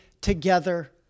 together